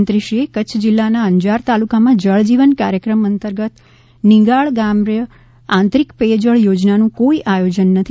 મંત્રીશ્રીએ કચ્છ જીલ્લાના અંજાર તાલુકામાં જળજીવન કાર્યક્રમ અંતર્ગત નિગાંળ ગ્રામ્ય આંતરિક પેયજળ યોજનાનું કોઇ આયોજન નથી